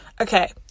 Okay